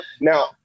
Now